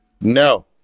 No